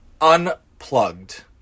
unplugged